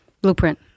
Blueprint